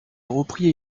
repris